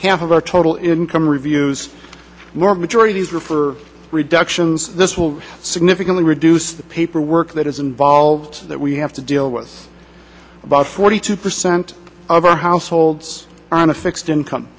half of our total income reviews were majority these are for reductions this will significantly reduce the paperwork that is involved that we have to deal with about forty two percent of our households are on a fixed income